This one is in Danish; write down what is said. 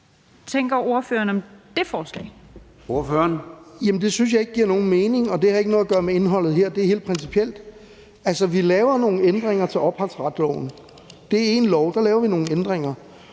Søndergaard (EL): Jamen det synes jeg ikke giver nogen mening, og det har ikke noget at gøre med indholdet her, det er helt principielt. Altså, vi laver nogle ændringer til ophavsretsloven; det er én lov – der laver vi nogle ændringer.